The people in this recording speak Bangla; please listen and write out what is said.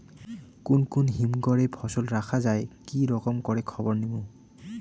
কুন কুন হিমঘর এ ফসল রাখা যায় কি রকম করে খবর নিমু?